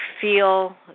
feel